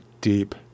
Deep